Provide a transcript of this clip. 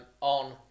on